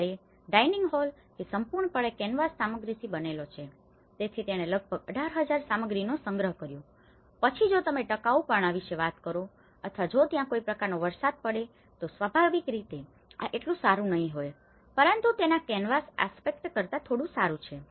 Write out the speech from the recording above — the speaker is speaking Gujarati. જ્યારે ડાઇનિંગ હોલ કે જે સંપૂર્ણપણે કેનવાસ સામગ્રીથી બનેલો છે તેથી તેણે લગભગ 18000 સામગ્રીનો સંગ્રહ કર્યો છે પરંતુ પછી જો તમે ટકાઉપણા વિશે વાત કરો અથવા જો ત્યાં કોઈ પ્રકારનો વરસાદ પડે તો સ્વાભાવિક રીતે આ એટલું સારું નહીં હોય પરંતુ તેના કેનવાસ આસ્પેક્ટ કરતા થોડું સારું છે